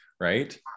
right